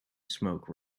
smoke